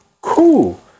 cool